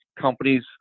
companies